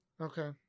Okay